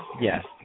yes